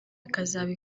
ikazaba